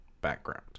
background